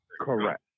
Correct